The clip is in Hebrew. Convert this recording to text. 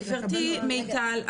גברתי מיטל,